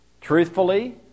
Truthfully